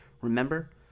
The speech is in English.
Remember